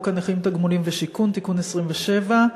הנכים (תגמולים ושיקום) (תיקון מס' 27),